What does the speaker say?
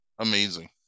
Amazing